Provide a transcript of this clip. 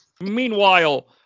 Meanwhile